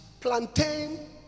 Plantain